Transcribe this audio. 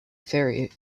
ferry